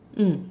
mm